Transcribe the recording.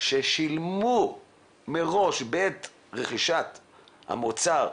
ששילמו מראש בעת רכישת המוצר,